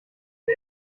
der